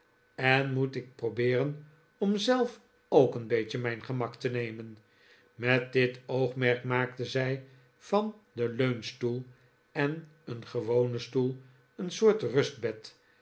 en moet ik probeeren om zelf ook een beetje mijn gemak te nemen met dit oogmerk maakte zij van den leunstoel en een gewonen stoel een soort rustbed en